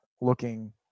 looking